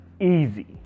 easy